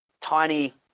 tiny